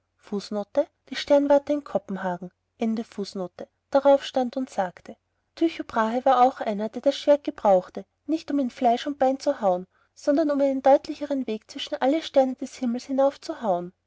runden turm darauf stand und sagte tycho brahe war auch einer der das schwert gebrauchte nicht um in fleisch und bein zu hauen sondern um einen deutlicheren weg zwischen alle sterne des himmels hinauf